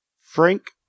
Frank